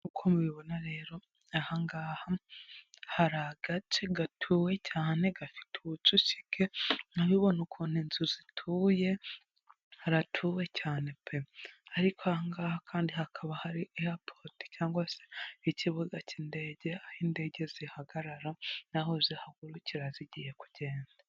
Uko mubibona rero ahangaha hari agace gatuwe cyane gafite ubucukike urabibona ukuntu inzu zituye, haratuwe cyane pe! ariko angaha kandi hakaba hari eyapoti cyangwa se ikibuga cy'indege. Aho indege zihagarara naho zihagurukira zigiye kugenda.